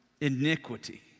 iniquity